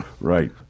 Right